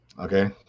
Okay